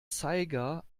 zeiger